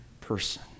person